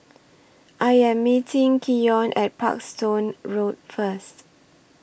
I Am meeting Keyon At Parkstone Road First